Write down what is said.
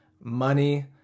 money